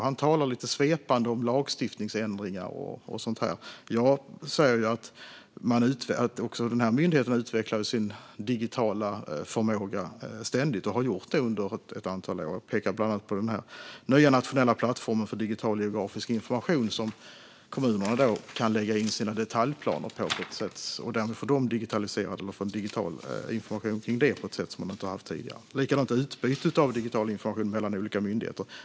Han talar lite svepande om lagstiftningsändringar och sådant. Ja, även den här myndigheten utvecklar ständigt sin digitala förmåga och har gjort det under ett antal år. Man pekar bland annat på den nya nationella plattformen för digital geografisk information, där kommunerna kan lägga in sina detaljplaner. Därmed får man dem digitaliserade eller får digital information kring detta på ett sätt som man inte har haft tidigare. Detsamma gäller utbytet av digital information mellan olika myndigheter.